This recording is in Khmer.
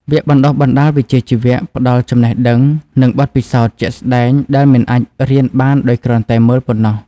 វគ្គបណ្តុះបណ្តាលវិជ្ជាជីវៈផ្តល់ចំណេះដឹងនិងបទពិសោធន៍ជាក់ស្តែងដែលមិនអាចរៀនបានដោយគ្រាន់តែមើលប៉ុណ្ណោះ។